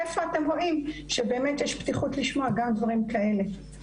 איפה אתם רואים שבאמת יש פתיחות לשמוע גם דברים כאלה?